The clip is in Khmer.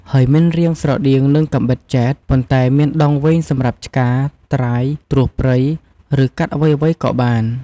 ហើយមានរាងស្រដៀងនឹងកាំបិតចែត ប៉ុន្តែមានដងវែងសម្រាប់ឆ្ការ ត្រាយ ត្រួសព្រៃ ឬកាត់អ្វីៗក៏បាន ។